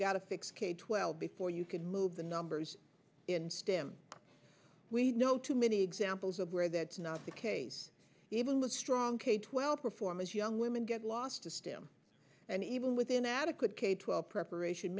got to fix k twelve before you can move the numbers in stem we know too many examples of where that's not the case even with strong k twelve performance young women get lost to stem and even with inadequate k twelve preparation